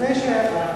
זה לא עובד ככה.